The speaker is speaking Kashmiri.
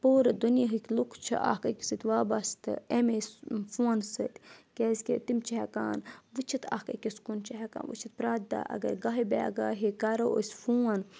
پوٗرٕ دُنیاَہٕکۍ لُکھ چھِ اَکھ أکِس سۭتۍ وابَستہٕ اَمے فونہٕ سۭتۍ کیٛازِکہِ تِم چھِ ہؠکان وٕچھِتھ اَکھ أکِس کُن چھِ ہیٚکان وٕچھِتھ پرٛٮ۪تھ دۄہ اگر گاہہِ بے گاہے کَرو أسۍ فون